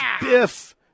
Biff